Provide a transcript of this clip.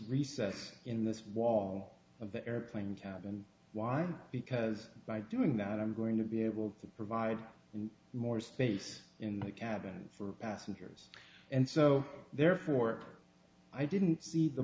recess in this wall of the airplane cabin why because by doing that i'm going to be able to provide more space in the cabin for passengers and so therefore i didn't see the